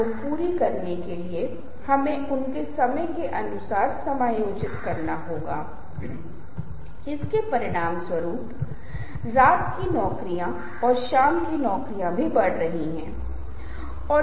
मूल्य एक्सप्रेस हमारे मूल मूल्यों का प्रतिनिधित्व करते हैं मेरा मानना है कि हरी चाय जो स्वस्थ है मुझे लगता है कि चाय दूध के साथ या चीनी के साथ जो अस्वस्थ है